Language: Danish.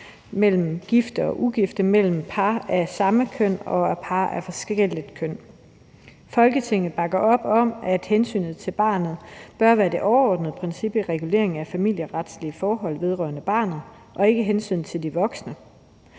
mellem gifte og ugifte og mellem par af samme køn og par af forskellige køn. Folketinget bakker op om, at hensynet til barnet bør være det overordnede princip i reguleringen af familieretlige forhold vedrørende børn og ikke hensynet til de voksne.